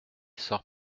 sort